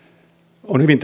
on hyvin